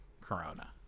Corona